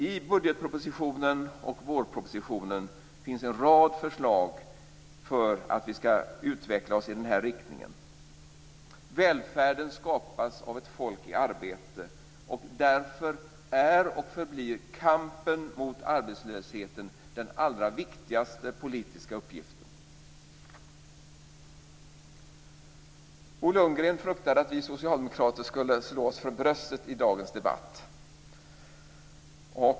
I budgetpropositionen och i vårpropositionen finns en rad förslag för att vi skall få en utveckling i denna riktning. Välfärden skapas av ett folk i arbete. Därför är och förblir kampen mot arbetslösheten den allra viktigaste politiska uppgiften. Bo Lundgren fruktade att vi socialdemokrater skulle slå oss för bröstet i dagens debatt.